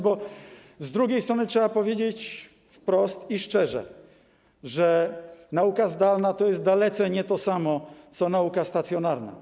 Bo z drugiej strony trzeba powiedzieć wprost i szczerze, że nauka zdalna to jest dalece nie to samo, co nauka stacjonarna.